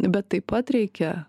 bet taip pat reikia